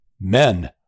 men